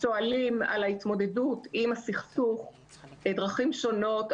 שואלים על ההתמודדות עם הסכסוך דרכים שונות,